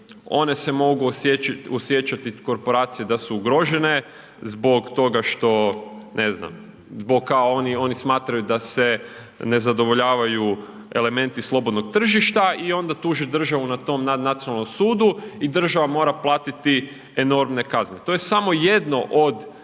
One se mogu osjećati korporacije da su ugrožene zbog toga što, ne znam, oni smatraju da se ne zadovoljavaju elementi slobodnog tržišta i onda tuže državu na tom nadnacionalnom sudu i država mora platiti enormne kazne. To je samo jedan od